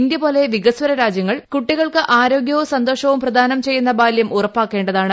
ഇന്ത്യപോലെ വികസ്വര രാജ്യങ്ങൾ കൂട്ടികൾക്ക് ആരോഗ്യവും സന്തോഷവും പ്ലിദ്ദാനം ചെയ്യുന്ന ബാല്യം ഉറപ്പാക്കേണ്ടതാണ്